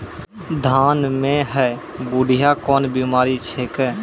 धान म है बुढ़िया कोन बिमारी छेकै?